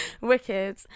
Wicked